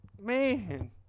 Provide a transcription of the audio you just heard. man